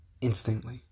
instantly